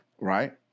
right